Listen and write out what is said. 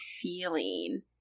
feeling